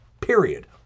period